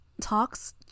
talks